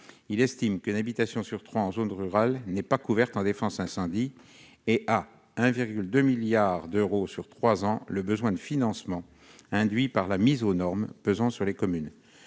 ils estiment qu'une habitation sur trois en zone rurale n'est pas couverte en défense incendie, et ils évaluent à 1,2 milliard d'euros sur trois ans le besoin de financement induit par la mise aux normes pesant sur les communes.